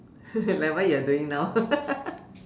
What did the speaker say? like what you are doing now